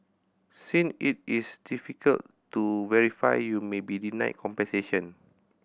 since it is difficult to verify you may be denied compensation